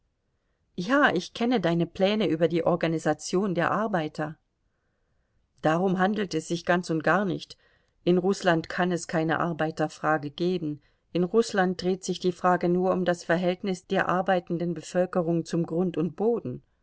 ja ich kenne deine pläne über die organisation der arbeiter darum handelt es sich ganz und gar nicht in rußland kann es keine arbeiterfrage geben in rußland dreht sich die frage nur um das verhältnis der arbeitenden bevölkerung zum grund und boden